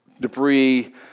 debris